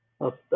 up